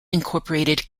incorporated